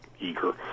eager